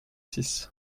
six